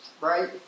Right